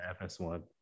FS1